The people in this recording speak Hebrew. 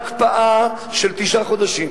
הקפאה של תשעה חודשים,